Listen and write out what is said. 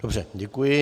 Dobře, děkuji.